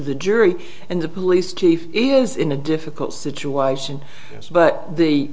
the jury and the police chief is in a difficult situation but the